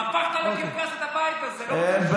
אדוני היושב-ראש, כן.